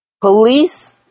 police